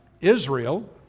Israel